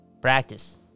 Practice